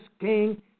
king